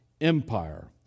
Empire